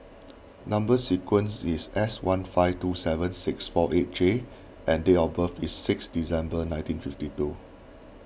Number Sequence is S one five two seven six four eight J and date of birth is six December nineteen fifty two